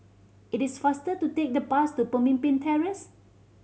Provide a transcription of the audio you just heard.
it is faster to take the bus to Pemimpin Terrace